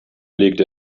legte